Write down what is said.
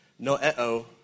noeo